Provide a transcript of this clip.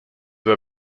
were